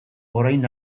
orain